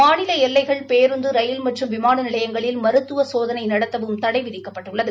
மாநில எல்லைகள் பேருந்து ரயில் மற்றும் விமான நிலையங்களில் மருத்துவ சோதனை நடத்தவும் தடை விதிக்கப்பட்டுள்ளது